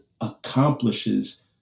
accomplishes